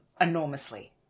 enormously